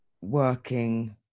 working